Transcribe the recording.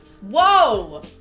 Whoa